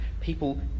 People